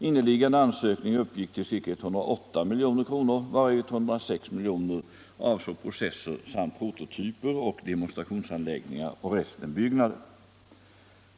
Inneliggande ansökningar uppgick till ca 108 milj.kr., varav 106 milj.kr. avsåg processer samt prototyper och demonstrationsanläggningar och resten byggnader.